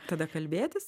tada kalbėtis